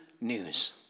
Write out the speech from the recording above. news